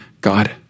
God